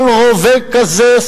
כל רובה כזה,